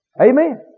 Amen